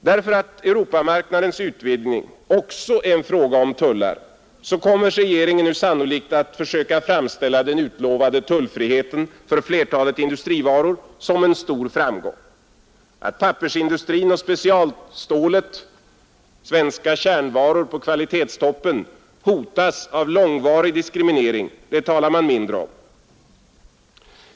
Därför att Europamarknadens utvidgning också är en fråga om tullar kommer regeringen nu sannolikt att försöka framställa den utlovade tullfriheten för flertalet industrivaror som en stor framgång. Att pappersindustrin och specialstålet — svenska kärnvaror på kvalitetstoppen — hotas av långvarig diskriminering talar man mindre om.